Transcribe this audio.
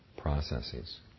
Processes